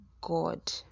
God